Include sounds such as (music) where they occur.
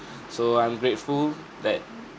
(breath) so I'm grateful that